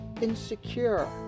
insecure